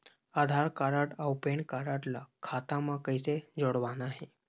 आधार card अऊ PAN card ला खाता म कइसे जोड़वाना हे?